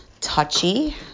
touchy